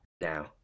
now